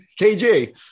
KG